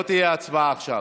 לא תהיה הצבעה עכשיו.